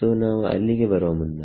so ನಾವು ಅಲ್ಲಿಗೆ ಬರುವ ಮುನ್ನ